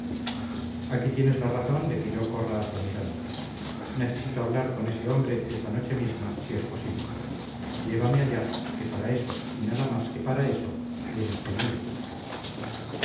aquí tienes la razón de que yo corra hacia miranda necesito hablar con ese hombre esta noche misma si es posible llévame allá que para eso y nada más que para eso vienes conmigo